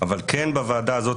אבל כן בוועדה הזו,